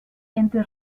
entre